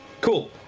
Cool